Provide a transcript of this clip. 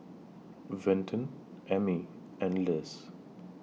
Vinton Emmy and Liz